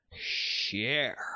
share